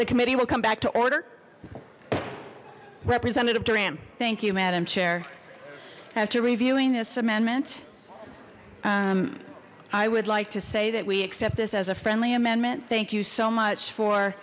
the committee will come back to order representative duran thank you madam chair after reviewing this amendment i would like to say that we accept this as a friendly amendment thank you so much for